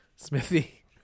Smithy